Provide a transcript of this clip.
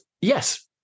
yes